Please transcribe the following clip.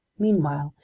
meanwhile,